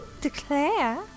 declare